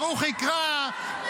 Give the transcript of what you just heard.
ברוכי קרא,